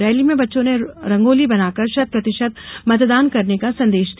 rally में बच्चों ने रंगोली बनाकर शतप्रतिशत मतदान करने का संदेश दिया